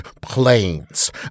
planes